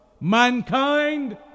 Mankind